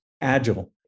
agile